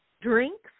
drinks